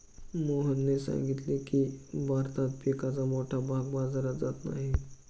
मोहनने सांगितले की, भारतात पिकाचा मोठा भाग बाजारात जात नाही